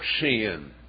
sin